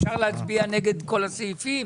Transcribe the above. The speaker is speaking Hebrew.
אפשר להצביע נגד כל הסעיפים,